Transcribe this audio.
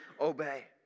obey